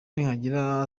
nihagira